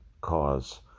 cause